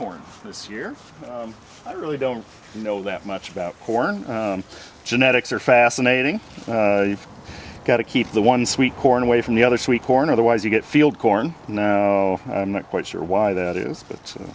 corn this year i really don't know that much about corn genetics are fascinating you've got to keep the one sweet corn away from the other sweet corn otherwise you get field corn now i'm not quite sure why that is